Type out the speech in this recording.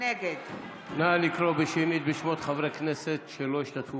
נגד נא לקרוא שנית בשמות חברי הכנסת שלא השתתפו